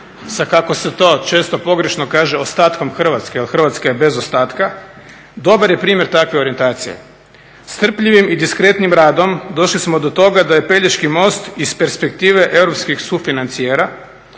sa kako se to često pogrešno kaže ostatkom Hrvatske, a Hrvatska je bez ostatka, dobar je primjer takve orijentacije. Strpljivim i diskretnim radom došli smo do toga da je Pelješki most iz perspektive europskih sufinancijera